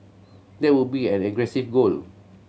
that would be an aggressive goal